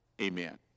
amen